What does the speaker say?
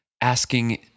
asking